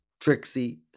Trixie